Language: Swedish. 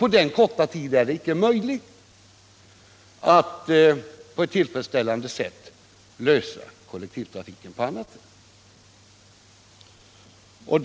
På den korta tid som står till buds är det inte möjligt att tillfredsställande lösa frågan om kollektivtrafiken på annat sätt.